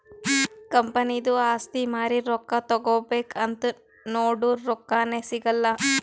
ಕಂಪನಿದು ಆಸ್ತಿ ಮಾರಿ ರೊಕ್ಕಾ ತಗೋಬೇಕ್ ಅಂತ್ ನೊಡುರ್ ರೊಕ್ಕಾನೇ ಸಿಗಲ್ಲ